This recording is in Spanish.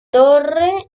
torre